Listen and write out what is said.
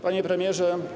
Panie Premierze!